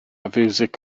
fiwsig